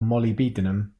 molybdenum